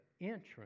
entrance